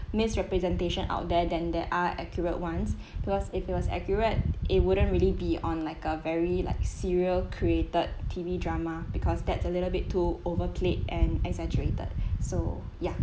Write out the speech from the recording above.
misrepresentation out there than there are accurate ones because if it was accurate it wouldn't really be on like a very like serial created T_V drama because that's a little bit too overplayed and exaggerated so ya